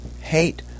hate